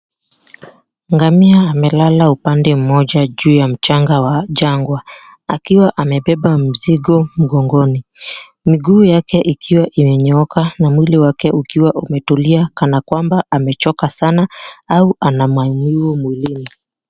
Ngamia amelala upande mmoja juu ya mchanga wa jangwa akiwa amebeba mzigo mgongoni, miguu yake ikiwa imenyooka na mwili wake ukiwa umetulia kana kwamba amechoka sana au ana maumivu mwilini.